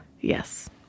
Yes